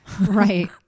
Right